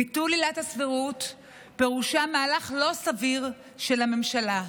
ביטול עילת הסבירות פירושו מהלך לא סביר של הממשלה.